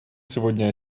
сегодня